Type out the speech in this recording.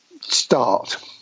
start